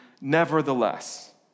Nevertheless